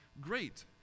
great